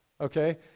okay